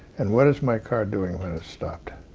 and what is my car doing when it's stopped?